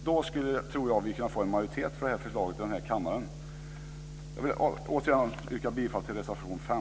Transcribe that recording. Då tror jag att vi skulle kunna få en majoritet för det här förslaget i den här kammaren. Jag vill återigen yrka bifall till reservation 5.